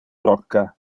rocca